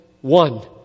one